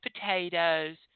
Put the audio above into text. potatoes